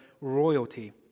royalty